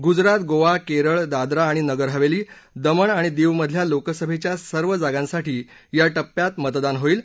गुजरात गोवा केरळ दादरा आणि नगरहवेली दमन आणि दीवमधल्या लोकसभेच्या सर्व जागांसाठी या टप्प्यात मतदान होईल